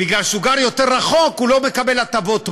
בגלל שהוא גר יותר רחוק הוא לא מקבל הטבות מס.